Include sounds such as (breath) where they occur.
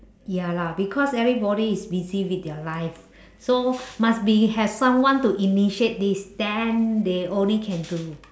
ya lah because everybody is busy with their life (breath) so must be have someone to initiate this then they only can do